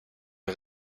les